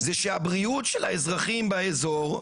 זה שהבריאות של האזרחים באזור,